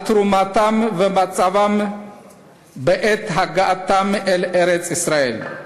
על תרומתם, ומצבם בעת הגעתם אל ארץ-ישראל.